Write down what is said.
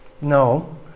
No